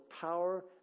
power